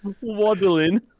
Waddling